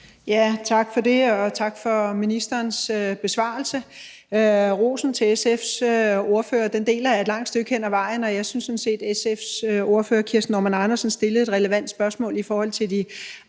(V): Tak for det. Tak for ministerens besvarelse. Rosen til SF's ordfører deler jeg et langt stykke hen ad vejen, og jeg synes sådan set, at SF's ordfører, Kirsten Normann Andersen, stillede et relevant spørgsmål i forhold til de